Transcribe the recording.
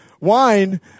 wine